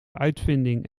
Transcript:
uitvinding